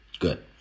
good